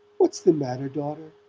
what's the matter, daughter?